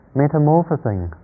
metamorphosing